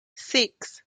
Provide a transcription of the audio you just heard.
six